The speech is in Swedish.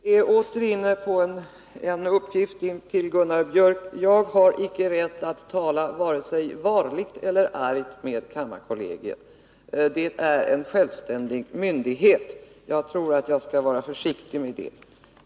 Fru talman! En uppgift till Gunnar Biörck i Värmdö. Jag har icke rätt att tala vare sig varligt eller argt med kammarkollegiet. Det är en självständig myndighet. Jag tror att jag skall vara försiktig med det.